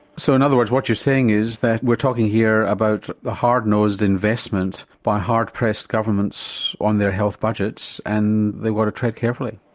so in other words what you're saying is that we're talking here about the hard-nosed investment by hard pressed governments on their health budgets and they want to tread carefully.